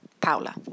Paula